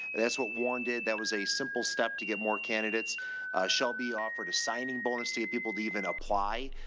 that's what warren did. that was a simple step to get more candidates. a shelby offered a signing bonus to get people to even apply.